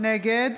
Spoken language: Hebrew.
נגד